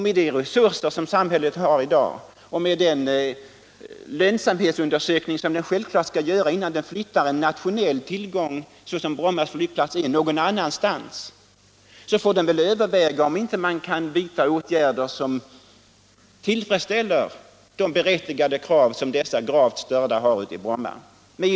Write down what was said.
Med de resurser som samhället har i dag och med den lönsamhetsundersökning som man självklart skall göra innan man flyttar en nationell tillgång, som Bromma flygplats är, någon annanstans, får man överväga om man inte kan vidta åtgärder som tillfredsställer de berättigade krav som de gravt störda i Bromma har.